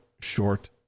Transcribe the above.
short